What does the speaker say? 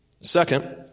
Second